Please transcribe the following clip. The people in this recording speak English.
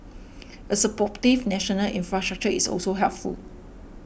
a supportive national infrastructure is also helpful